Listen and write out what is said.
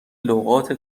لغات